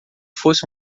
fosse